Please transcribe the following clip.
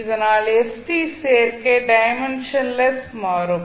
இதனால் st சேர்க்கை dimensionless மாறும்